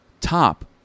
top